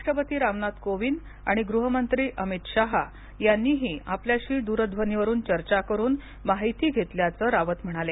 राष्ट्रपती रामनाथ कोविंद आणि गृह मंत्री आमित शहा यांनीही आपल्याशी दूरध्वनी वरून चर्चा करून माहिती घेतल्याच रावत म्हणाले